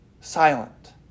silent